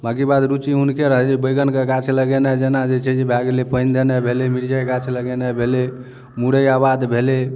बाकी बात रुचि हुनके रहै बैंगन के गाछ लगेनाइ जेना जे छै से भऽ गेल पानि देनाइ भेलै मिरचाइ गाछ लगेनाइ भेलै मुरै आबाद भेलै